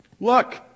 look